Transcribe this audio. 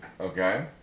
Okay